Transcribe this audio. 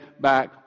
back